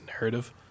narrative